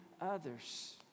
others